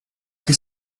che